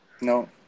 No